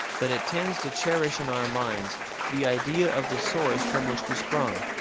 that it tends to cherish in our minds the idea of the source from which we sprung.